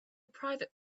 private